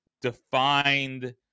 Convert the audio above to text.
defined